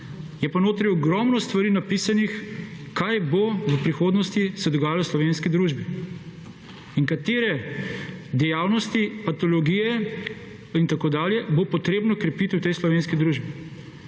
je pa notri ogromno stvari napisanih, kaj bo v prihodnosti se dogajalo v slovenski družbi in katere dejavnosti, patologije in tako dalje bo potrebno krepiti v tej slovenski družbi.